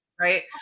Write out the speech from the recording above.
right